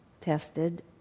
tested